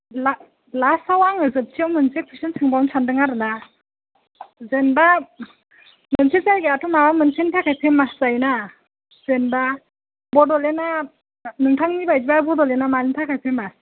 last लास्ताव आङो जोबथियाव मोनसे कुइसन सोंबावनो सानदों आरो ना जेनेबा मोनसे जायगायाथ' माबा मोनसेनि थाखाय फेमास जायो ना जेनेबा बड'लेण्डा नोंथांनि बायदिबा बड'लेण्डा मानि थाखाय फेमास